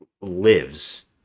lives